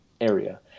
area